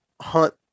hunt